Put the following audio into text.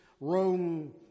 Rome